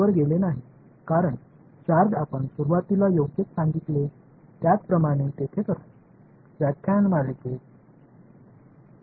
ஏனென்றால் அங்கே ஒரு சார்ஜ் இருக்கும் பாடத்தின் தொடக்கத்தில் நீங்கள் சொன்னது போலவே அது ஒருவித இகியூலிப்ரியதில் இருக்கும் அது சக்திகள் சமநிலையில் இருக்கும் இடத்தில் நிறுவப்படும்